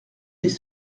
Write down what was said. des